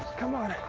come on.